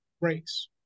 race